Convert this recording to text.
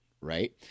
right